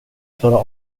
klarar